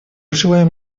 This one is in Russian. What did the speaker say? желаем